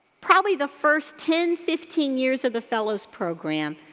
probably the first ten, fifteen years of the fellows program,